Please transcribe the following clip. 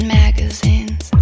magazines